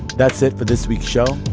that's it for this week's show.